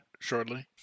Shortly